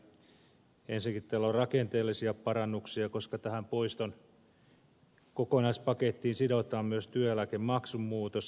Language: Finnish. ensinnäkin täällä on rakenteellisia parannuksia koska tähän poiston kokonaispakettiin sidotaan myös työeläkemaksun muutos